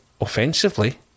offensively